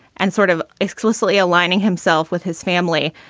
and sort of explicitly aligning himself with his family.